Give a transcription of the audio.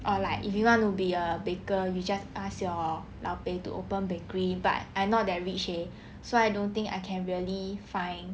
or like if you want to be a baker you just ask your lao peh to open bakery but I not that rich leh so I don't think I can really find